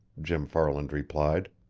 jim farland replied.